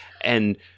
and-